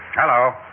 Hello